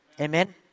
Amen